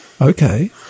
Okay